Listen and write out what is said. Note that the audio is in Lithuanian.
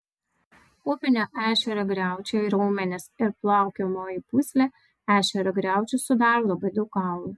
upinio ešerio griaučiai raumenys ir plaukiojamoji pūslė ešerio griaučius sudaro labai daug kaulų